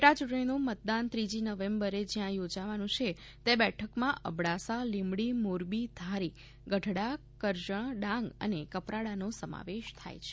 પેટા યૂંટણીનું મતદાન ત્રીજી નવેમ્બરે જ્યાં યોજાવાનું છે તે બેઠકોમાં અબડાસા લીંબડી મોરબી ધારી ગઢડા કરજણ ડાંગ અને કપરાડાનો સમાવેશ થાય છે